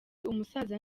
umusaza